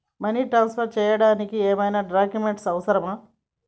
Money transfer చేయడానికి ఏమైనా documents అవసరమా?